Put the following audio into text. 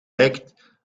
lijkt